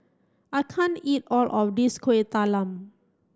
I can't eat all of this Kuih Talam